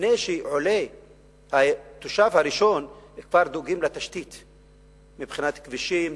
לפני שעולה התושב הראשון כבר דואגים לתשתית מבחינת כבישים,